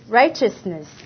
righteousness